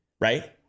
right